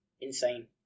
insane